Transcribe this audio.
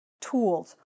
tools